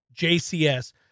jcs